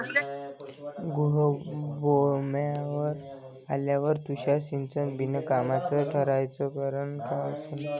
गहू लोम्बावर आल्यावर तुषार सिंचन बिनकामाचं ठराचं कारन का असन?